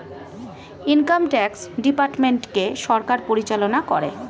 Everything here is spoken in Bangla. ইনকাম ট্যাক্স ডিপার্টমেন্টকে সরকার পরিচালনা করে